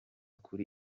kuri